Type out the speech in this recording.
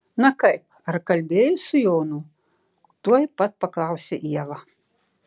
na kaip ar kalbėjai su jonu tuoj pat paklausė ieva